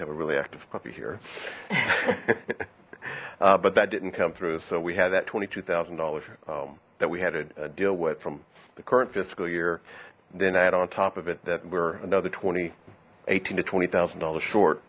have a really active puppy here laughter but that didn't come through so we had that twenty two thousand dollars that we had a deal with from the current fiscal year then add on top of it that were another twenty eighteen to twenty thousand dollars short